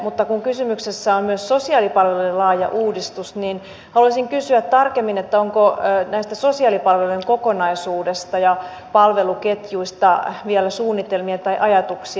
mutta kun kysymyksessä on myös sosiaalipalvelujen laaja uudistus niin haluaisin kysyä tarkemmin onko sosiaalipalveluiden kokonaisuudesta ja palveluketjuista vielä suunnitelmia tai ajatuksia